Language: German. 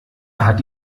hat